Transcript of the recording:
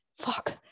fuck